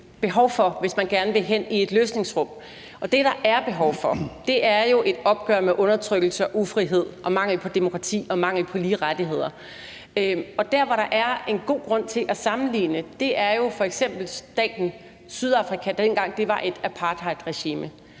behov for, hvis man gerne vil hen i et løsningsrum. Det, der er behov for, er et opgør med undertrykkelse, ufrihed, mangel på demokrati og mangel på lige rettigheder. Det, man med god grund kan sammenligne med, er f.eks. staten Sydafrika, dengang det var et apartheidregime.